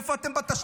איפה אתם בתשתיות?